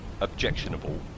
objectionable